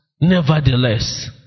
nevertheless